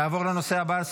נעבור לנושא הבא: